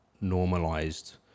normalized